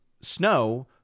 snow